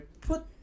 Put